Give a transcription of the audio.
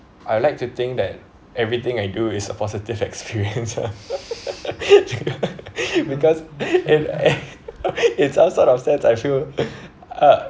I'd like to think that everything I do is a positive experience uh because in in some sort of sense I feel uh